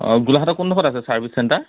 অঁ গোলাঘাটৰ কোনডোখৰত আছে ছাৰ্ভিচ চেণ্টাৰ